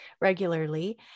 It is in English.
regularly